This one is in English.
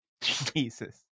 Jesus